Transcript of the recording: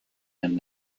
and